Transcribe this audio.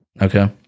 okay